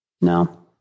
No